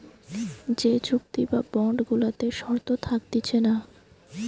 যে চুক্তি বা বন্ড গুলাতে শর্ত থাকতিছে না